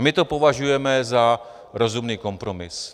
My to považujeme za rozumný kompromis.